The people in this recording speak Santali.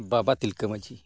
ᱵᱟᱵᱟ ᱛᱤᱞᱠᱟᱹ ᱢᱟᱹᱡᱷᱤ